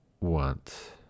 want